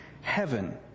heaven